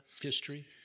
history